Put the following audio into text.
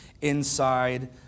inside